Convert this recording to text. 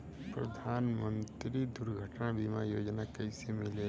प्रधानमंत्री दुर्घटना बीमा योजना कैसे मिलेला?